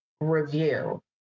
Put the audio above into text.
review